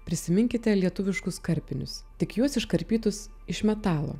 prisiminkite lietuviškus karpinius tik juos iškarpytus iš metalo